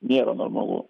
nėra normalu